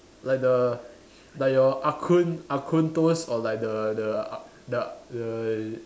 like the like your ah kun ah kun toast or like the the uh the the